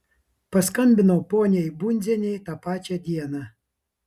paskambinau poniai bundzienei tą pačią dieną